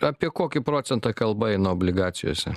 apie kokį procentą kalba eina obligacijose